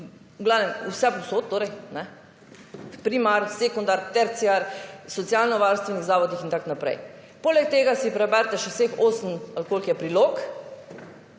v glavnem, vse povsod, torej primar, sekundar, terciar, socialno-varstvenih zavodih, itn. Poleg tega si preberite še vseh osem ali koliko je prilog,